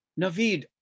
Naveed